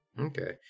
Okay